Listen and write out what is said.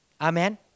Amen